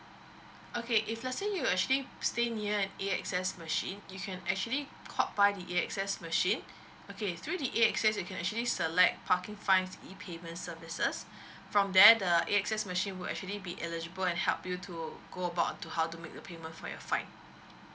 okay if let's say you actually stay near an AXS machine you can actually pop by the AXS machine okay through the AXS machine you can actually select parking fines e payment services from there the AXS machine will actually be eligible and help you to go about onto how to make the payment for your fine